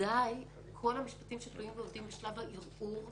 ובוודאי כל המשפטים שתלויים ועומדים בשלב הערעור,